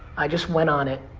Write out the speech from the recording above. i just went on it,